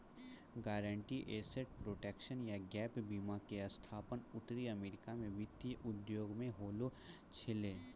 guaranteed asset protection या gap बीमा के स्थापना उत्तरी अमेरिका मे वित्तीय उद्योग मे होलो छलै